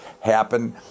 happen